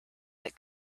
that